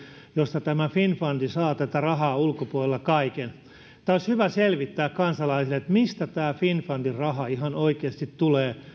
josta finnfund saa tätä rahaa ulkopuolella kaiken tämä olisi hyvä selvittää kansalaisille mistä tämä finnfundin raha ihan oikeasti tulee